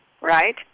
right